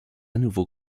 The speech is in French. nouveau